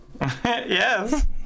Yes